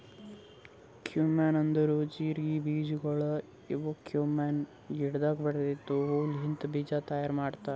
cumin ಅಂದುರ್ ಜೀರಿಗೆ ಬೀಜಗೊಳ್ ಇವು ಕ್ಯುಮೀನ್ ಗಿಡದಾಗ್ ಬೆಳೆದಿದ್ದ ಹೂ ಲಿಂತ್ ಬೀಜ ತೈಯಾರ್ ಮಾಡ್ತಾರ್